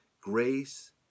Grace